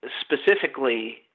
specifically